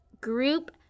group